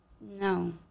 No